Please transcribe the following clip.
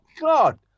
God